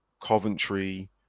Coventry